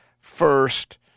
first –